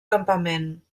campament